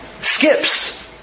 skips